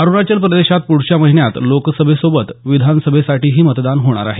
अरुणाचल प्रदेशात पुढच्या महिन्यात लोकसभेसोबत विधानसभेसाठीही मतदान होणार आहे